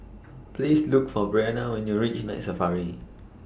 Please Look For Bryanna when YOU REACH Night Safari